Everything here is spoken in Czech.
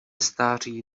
stáří